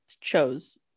chose